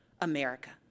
America